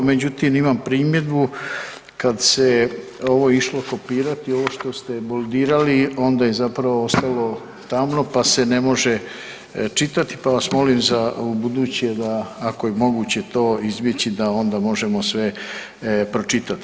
Međutim imam primjedbu kad se ovo išlo kopirati ovo što ste boldirali onda je zapravo ostalo tamno, pa se ne može čitati pa vas molim za u buduće da ako je moguće to izbjeći da onda možemo sve pročitati.